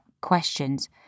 questions